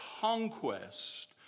conquest